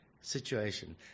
situation